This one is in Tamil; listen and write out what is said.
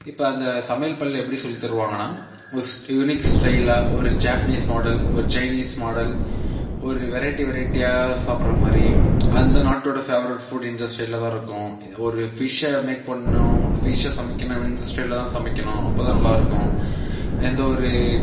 இப்போ அந்த சமையல் பள்ளியில் எப்படி சொல்லி தருவாங்கனால் ஒரு ஸ் யூனிக் ஸ்டைலாக ஒரு ஜாப்பனீஸ் மாடல் ஒரு சைனீஸ் மாடல் ஒரு வெரைட்டி வெரைட்டியாக சாப்புடுற மாதிரி அந்த நாட்டோடய ஃபேவரெட் ஃபுட் இந்த ஸ்டைலில் தான் இருக்கும் ஒரு ஃபிஷ் மேக் பண்ணனும் ஃபிஷ் சமைக்கணும் இந்த ஸ்டைல் தான் சமைக்கணும் அப்போதான் நல்லா இருக்கும் எந்தவொரு